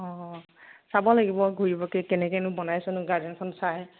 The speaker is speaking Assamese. অঁ চাব লাগিব ঘূৰি পকি কেনেকৈনো বনাইছেনো গাৰ্ডেনখন চাই